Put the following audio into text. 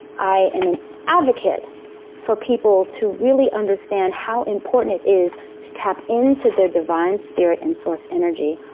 i am an advocate for people to really understand how important it is to tap into their divine spirit and source energy,